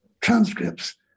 transcripts